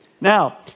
Now